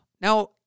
Now